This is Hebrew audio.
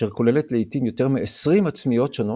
אשר כוללת לעיתים יותר מ 20 עצמיות שונות,